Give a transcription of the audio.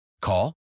Call